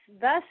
thus